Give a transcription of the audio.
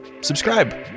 subscribe